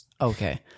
Okay